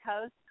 Coast